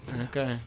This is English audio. Okay